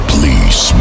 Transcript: Please